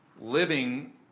living